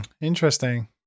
interesting